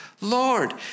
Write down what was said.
Lord